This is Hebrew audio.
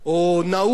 או נאורו.